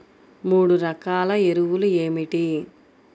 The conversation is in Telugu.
మూడు రకాల ఎరువులు ఏమిటి?